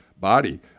body